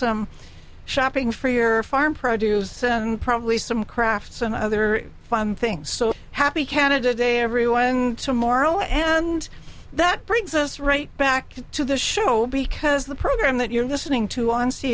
some shopping for your farm produce and probably some crafts and other fun things so happy canada day everyone tomorrow and that brings us right back to the show because the program that you're listening to on c